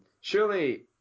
surely